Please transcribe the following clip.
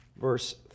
verse